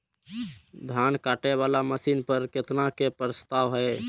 धान काटे वाला मशीन पर केतना के प्रस्ताव हय?